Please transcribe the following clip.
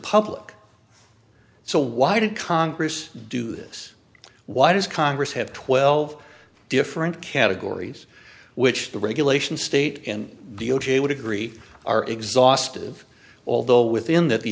public so why did congress do this why does congress have twelve different categories which the regulations state and d o j would agree are exhaustive although within that the